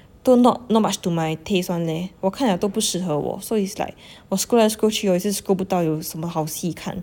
都 not much not much to my taste [one] leh 我看了都不适合我 so is like 我 scroll 来 scroll 去我也是 scroll 不到有什么好戏看